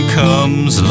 comes